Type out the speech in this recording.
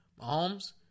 Mahomes